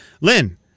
Lynn